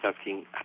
asking